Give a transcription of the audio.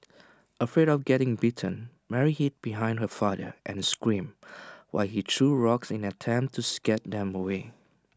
afraid of getting bitten Mary hid behind her father and screamed while he threw rocks in an attempt to scare them away